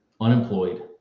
unemployed